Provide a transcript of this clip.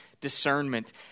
discernment